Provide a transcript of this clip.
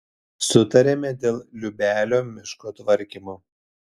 sutarėme dėl liubelio miško tvarkymo